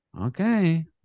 Okay